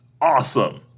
awesome